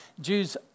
Jews